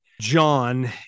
John